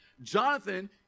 Jonathan